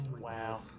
Wow